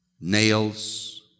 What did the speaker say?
nails